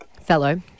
fellow